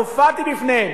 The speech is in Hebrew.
הופעתי בפניהם.